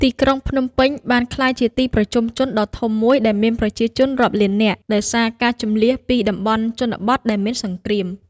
ទីក្រុងភ្នំពេញ បានក្លាយជាទីប្រជុំជនដ៏ធំមួយដែលមានប្រជាជនរាប់លាននាក់ ដោយសារការជម្លៀសពីតំបន់ជនបទដែលមានសង្គ្រាម។